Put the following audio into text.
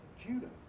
Judah